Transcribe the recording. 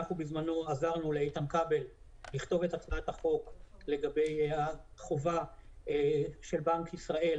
בזמנו עזרנו לאיתן כבל לכתוב את הצעת החוק לגבי החובה של בנק ישראל